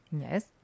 Yes